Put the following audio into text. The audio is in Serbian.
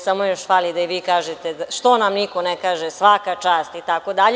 Samo još fali da i vi kažete – što nam niko ne kaže svaka čast itd.